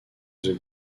the